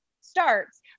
starts